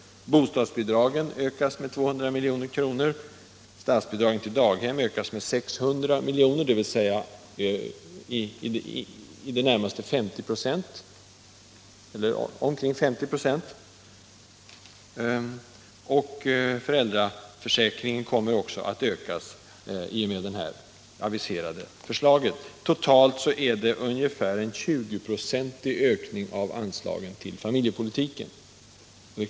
Bostadsbidragen ökas med 200 milj.kr., statsbidragen till daghem ökas med 600 milj.kr., dvs. med omkring 50 4. Föräldraförsäkringen kommer att förbättras i den kommande propositionen. Totalt blir det ungefär en 20-procentig ökning av anslagen till familjepolitiken.